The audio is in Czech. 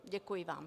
Děkuji vám.